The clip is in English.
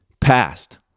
Past